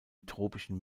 tropischen